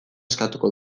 eskatuko